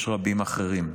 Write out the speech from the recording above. יש רבים אחרים.